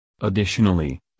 Additionally